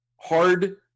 hard